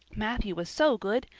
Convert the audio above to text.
matthew was so good.